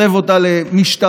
מסב אותה למשטרה,